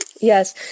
Yes